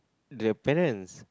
the parents